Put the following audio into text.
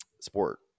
sport